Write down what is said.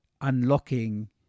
unlocking